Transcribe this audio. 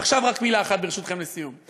ועכשיו רק מילה אחת, ברשותכם, לסיום.